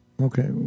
Okay